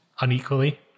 unequally